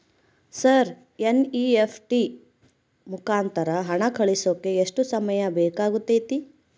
Sir NEFT ಮುಖಾಂತರ ಹಣ ಕಳಿಸೋಕೆ ಎಷ್ಟು ಸಮಯ ಬೇಕಾಗುತೈತಿ?